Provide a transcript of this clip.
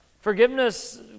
Forgiveness